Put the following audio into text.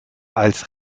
als